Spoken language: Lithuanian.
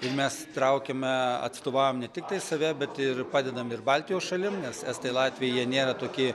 ir mes traukiame atstovavom ne tik save bet ir padedam ir baltijos šalim nes estai latviai jie nėra tokie